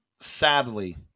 Sadly